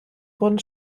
wurden